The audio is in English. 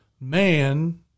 man